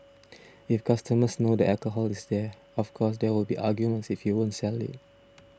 if customers know the alcohol is there of course there will be arguments if you won't sell it